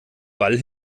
ball